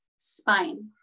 spine